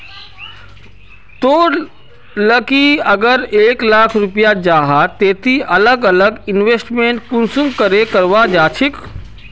तोर लिकी अगर एक लाख रुपया जाहा ते ती अलग अलग इन्वेस्टमेंट कुंसम करे करवा चाहचिस?